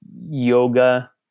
yoga